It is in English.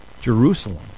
Jerusalem